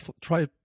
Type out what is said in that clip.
try